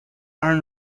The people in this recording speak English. are